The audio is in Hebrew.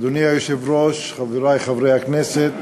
אדוני היושב-ראש, חברי חברי הכנסת,